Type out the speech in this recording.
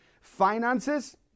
finances